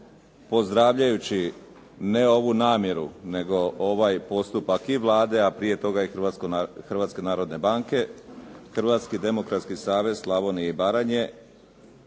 pozdravljajući ne ovu namjeru, nego ovaj postupak i Vlade, a prije toga i Hrvatske narodne banke, Hrvatski demokratski savez Slavonije i Baranje